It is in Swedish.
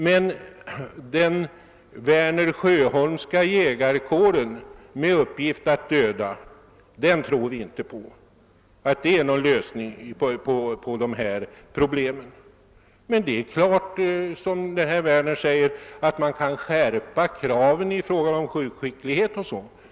Men den Werner-Sjöholmska jägarkåren med uppgift att döda tror vi inte på. Den är inte någon lösning på dessa problem. Men det är klart, som herr Werner sade, att man kan skärpa kraven i fråga om skjutskicklighet.